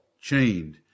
chained